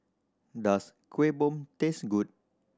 does Kueh Bom taste good